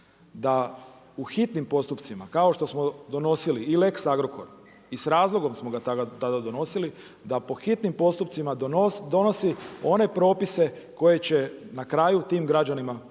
da u hitnim postupcima kao što smo donosili i lex Agrokor i s razlogom smo ga tada donosili, da po hitnim postupcima donosi one propise koji će na kraju tim građanima pomoći.